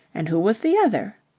and who was the other?